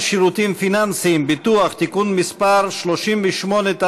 שירותים פיננסיים (ביטוח) (תיקון מס' 38),